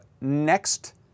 next